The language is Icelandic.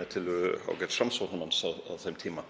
með tillögu ágæts Framsóknarmanns á þeim tíma.